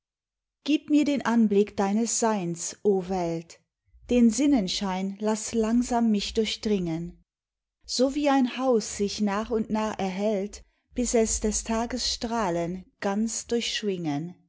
gib mir den anblick deines seins o welt den sinnenschein laß langsam mich durchdringen so wie ein haus sich nach und nach erhellt bis es des tages strahlen ganz